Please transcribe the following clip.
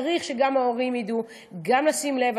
צריך שגם ההורים ידעו לשים לב.